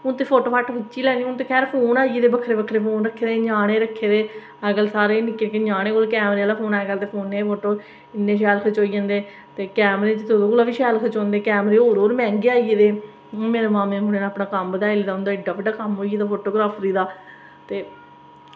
हून ते फोटो खिच्ची लैनी हून ते बैसे फोन आई गेदे बक्खरे बक्खरे ञ्यानें रक्खे दे अगले एह् ञ्यानें अज्जकल निक्के फोन च बी कैमरा इन्ने शैल खचोई जंदे कैमरे ई खिच्चगे ते होऱ शैल खचोई जाने कैमरे गै इन्ने इन्ने मैहंगे आई गेदे हून मेरे मामें दे मुड़े नै कम्म बधाया हून उंदा ए़ड्डा बड्डा कम्म होई गेदा फोटोग्रॉफी दा ते